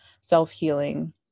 self-healing